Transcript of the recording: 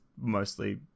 mostly